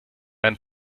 einen